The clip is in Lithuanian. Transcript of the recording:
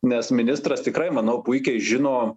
nes ministras tikrai manau puikiai žino